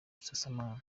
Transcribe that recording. busasamana